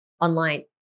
online